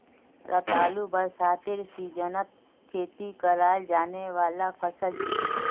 रतालू बरसातेर सीजनत खेती कराल जाने वाला फसल छिके